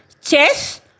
chess